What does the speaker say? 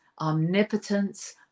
omnipotence